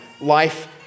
life